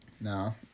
No